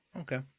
Okay